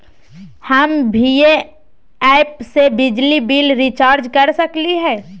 हम भीम ऐप से बिजली बिल रिचार्ज कर सकली हई?